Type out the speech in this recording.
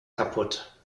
kaputt